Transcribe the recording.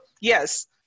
yes